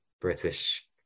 British